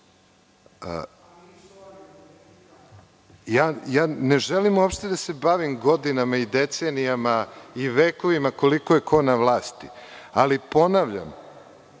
Ne želim uopšte da se bavim godinama i decenijama i vekovima koliko je ko na vlasti, ali ponavljam,